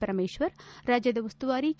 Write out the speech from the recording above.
ಪರಮೇಶ್ವರ್ ರಾಜ್ಯದ ಉಸ್ತುವಾರಿ ಕೆ